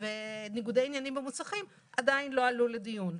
וניגודי עניינים במוסכים עדיין לא עלו לדיון.